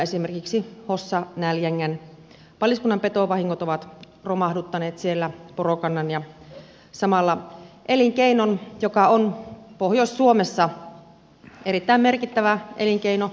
esimerkiksi hossan ja näljängän paliskuntien petovahingot ovat romahduttaneet siellä porokannan ja samalla elinkeinon joka on pohjois suomessa erittäin merkittävä elinkeino